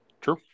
True